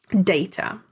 data